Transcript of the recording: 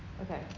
Okay